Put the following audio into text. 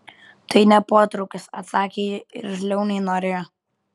tai ne potraukis atsakė ji irzliau nei norėjo